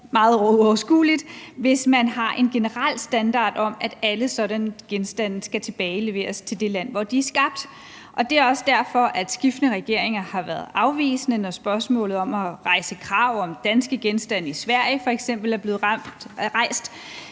meget uoverskueligt, hvis man har en generel standard om, at alle sådanne genstande skal tilbageleveres til det land, hvor de er skabt. Det er også derfor, at skiftende regeringer har været afvisende, når spørgsmålet om at rejse krav om danske genstande i Sverige f.eks. er blevet rejst.